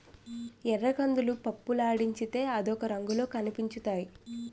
ఎర్రకందులు పప్పులాడించితే అదొక రంగులో కనిపించుతాయి